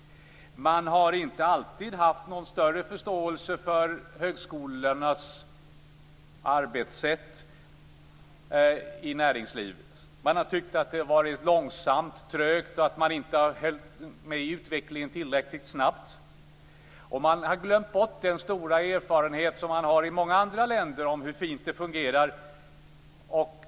Man har inte alltid i näringslivet haft någon större förståelse för högskolornas arbetssätt. Åsikten har varit att det varit långsamt och trögt och att man inte hängt med i utvecklingen tillräckligt snabbt. Man har glömt den stora erfarenhet som finns i många andra länder av hur fint det fungerar.